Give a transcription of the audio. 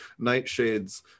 nightshades